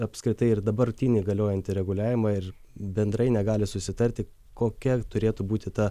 apskritai ir dabartinį galiojantį reguliavimą ir bendrai negali susitarti kokia turėtų būti ta